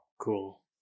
cool